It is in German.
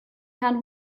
herrn